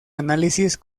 análisis